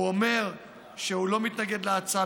הוא אומר שהוא לא מתנגד להצעה,